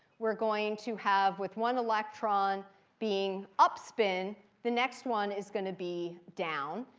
we are going to have with one electron being up spin, the next one is going to be down.